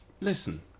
listen